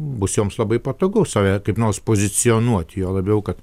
bus joms labai patogu save kaip nors pozicionuoti juo labiau kad